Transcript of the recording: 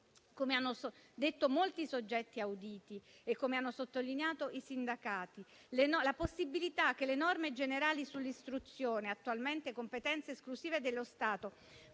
come hanno detto molti soggetti auditi e come hanno sottolineato i sindacati. La possibilità che le norme generali sull'istruzione, attualmente competenza esclusiva dello Stato,